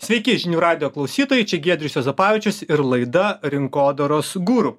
sveiki žinių radijo klausytojai čia giedrius juozapavičius ir laida rinkodaros guru